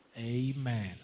Amen